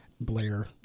Blair